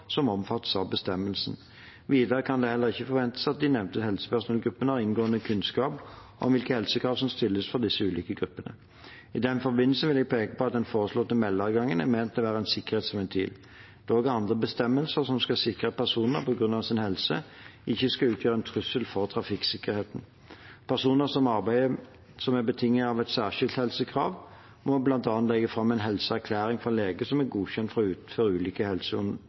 som omfattes av bestemmelsen. Videre kan det heller ikke forventes at de nevnte helsepersonellgruppene har inngående kunnskap om hvilke helsekrav som stilles for de ulike gruppene. I den forbindelse vil jeg peke på at den foreslåtte meldeadgangen er ment å være en sikkerhetsventil. Det er også andre bestemmelser som skal sikre at personer på grunn av sin helse ikke skal utgjøre en trussel for trafikksikkerheten. Personer med arbeid som er betinget av et særskilt helsekrav, må bl.a. legge fram en helseerklæring fra lege som er godkjent til å utføre